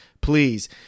Please